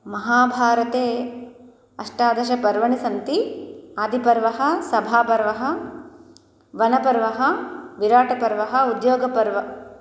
महाभारते अष्टादशपर्वाणि सन्ति आदिपर्वः सभापर्वः वनपर्वः विराटपर्वः उद्योगपर्व